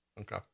Okay